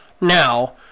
now